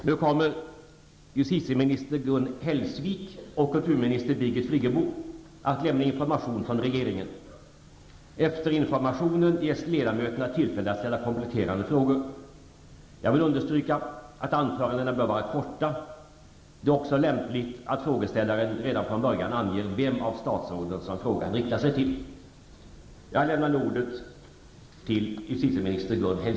Nu kommer justitieminister Gun Hellsvik och kulturminister Birgit Friggebo att lämna information från regeringen. Efter informationen ges ledamöterna tillfälle att ställa kompletterande frågor. Jag vill understryka att anförandena bör vara korta. Det är också lämpligt att frågeställarna redan från början anger vem av statsråden som frågorna riktar sig till.